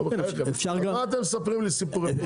אז מה אתם מספרים לי סיפורים?